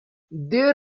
there